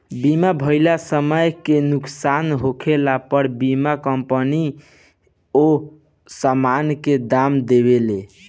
बीमा भइल समान के नुकसान होखे पर बीमा कंपनी ओ सामान के दाम देवेले